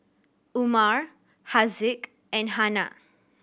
Umar Haziq and Hana